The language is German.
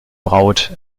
braut